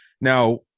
Now